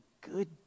good